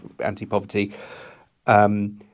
anti-poverty